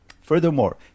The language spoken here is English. Furthermore